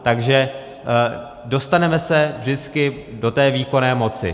Takže dostaneme se vždycky do té výkonné moci.